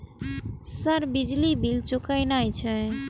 Sir बिजली bill चूकेना छे?